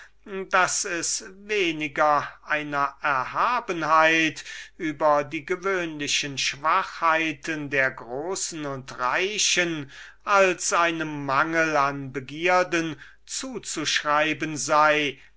daß es weniger einer erhabenheit über die gewöhnlichen schwachheiten der großen und reichen als dem mangel der begierden zu zuschreiben sei